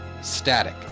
Static